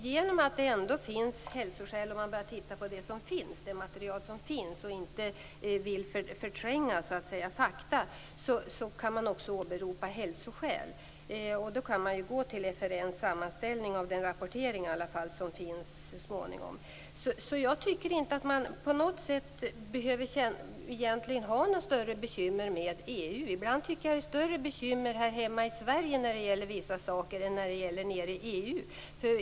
Genom att det ändå finns hälsoskäl enligt det material som finns - om man inte vill förtränga fakta - kan man åberopa också det. Då kan man gå till RFV:s sammanställning och den rapportering som kommer så småningom. Jag tycker inte att det på något sätt egentligen behöver vara några större bekymmer med EU. Ibland tycker jag att det är större bekymmer här hemma i Sverige när det gäller vissa saker än nere i EU.